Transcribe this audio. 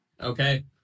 Okay